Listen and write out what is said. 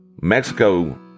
Mexico